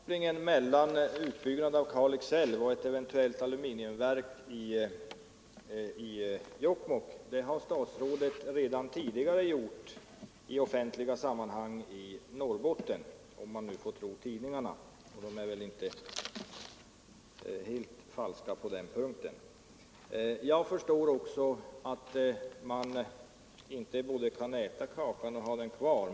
Herr talman! Den här sammankopplingen mellan Kalix älv och ett eventuellt aluminiumverk i Jokkmokk har statsrådet redan tidigare gjort i offentliga sammanhang i Norrbotten, om man får tro tidningarna; och deras uppgifter är väl inte helt falska på den punkten. Jag förstår också att man inte både kan äta kakan och ha den kvar.